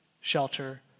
shelter